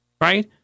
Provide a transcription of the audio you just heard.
Right